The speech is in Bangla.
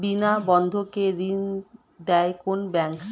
বিনা বন্ধকে ঋণ দেয় কোন ব্যাংক?